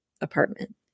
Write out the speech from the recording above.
apartment